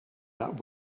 that